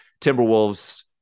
Timberwolves